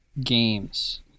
games